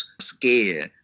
scale